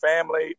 family